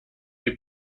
des